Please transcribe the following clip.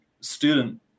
student